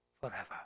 forever